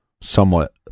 somewhat